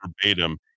verbatim